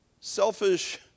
selfish